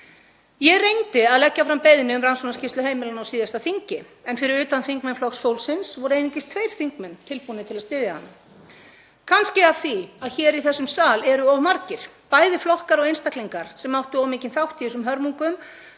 Ég reyndi að leggja fram beiðni um rannsóknarskýrslu heimilanna á síðasta þingi en fyrir utan þingmenn Flokks fólksins voru einungis tveir þingmenn tilbúnir til að styðja hana, kannski af því að hér í þessum sal eru of margir, bæði flokkar og einstaklingar, sem áttu of mikinn þátt í þessum hörmungum,